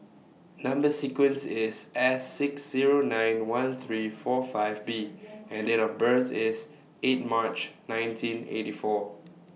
Number sequence IS S six Zero nine one three four five B and Date of birth IS eight March nineteen eighty four